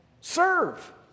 serve